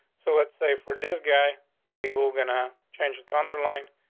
so let's say for this guy we were gonna change it on the line.